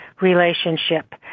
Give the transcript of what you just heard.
relationship